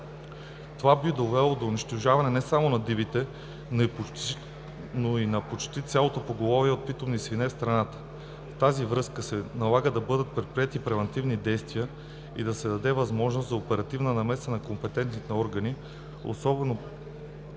Това би довело до унищожаването не само дивите, но и на почти цялото поголовие от питомни свине в страната. В тази връзка се налага да бъдат предприети превантивни действия и да се даде възможност за оперативна намеса на компетентните органи, особено